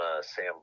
Sam